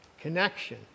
connection